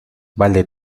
vale